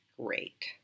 great